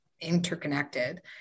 interconnected